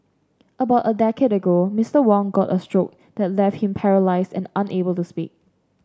about a decade ago Mister Wong got a stroke that left him paralysed and unable to speak